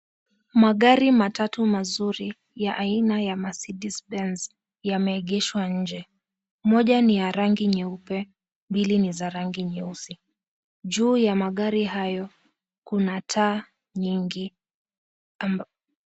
Magari matatu mazuri ya aina ya Mercedes Benz yameegeshwa nje. Moja ni ya rangi nyeupe mbili ni za rangi nyeusi. Juu ya magari hayo kuna taa nyingi.